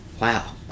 wow